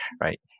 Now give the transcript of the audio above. right